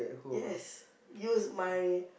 yes use my